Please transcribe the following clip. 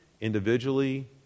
individually